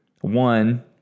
one